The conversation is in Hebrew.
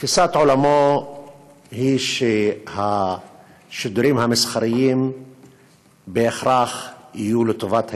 תפיסת עולמו היא שהשידורים המסחריים בהכרח יהיו לטובת הימין,